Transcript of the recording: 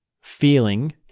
feeling